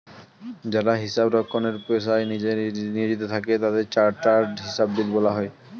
যারা হিসাব রক্ষণের পেশায় নিয়োজিত থাকে তাদের চার্টার্ড হিসাববিদ বলা হয়